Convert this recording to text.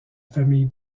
famille